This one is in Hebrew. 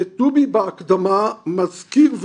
וטובי בהקדמה מזכיר,